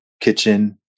kitchen